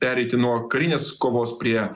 pereiti nuo karinės kovos prie